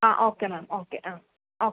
ആ okay ma'am okay ah okay